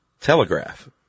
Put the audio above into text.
telegraph